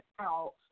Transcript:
out